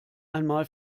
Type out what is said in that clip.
einmal